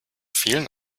vielen